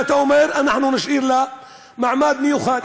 ואתה אומר: אנחנו נשאיר לה מעמד מיוחד.